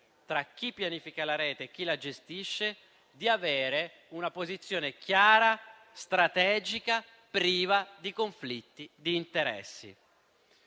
tra chi pianifica la rete e chi la gestisce, avere una posizione chiara, strategica e priva di conflitti di interessi.